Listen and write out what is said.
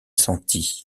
sentie